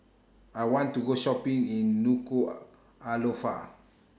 I want to Go Shopping in Nuku'Alofa